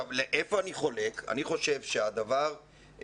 אני חושב שהדבר,